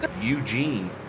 Eugene